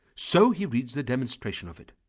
so he reads the demonstration of it,